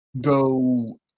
go